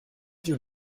you